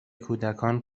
کودکان